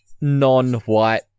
non-white